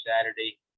Saturday